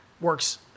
works